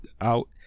out